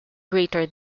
greater